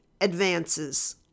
advances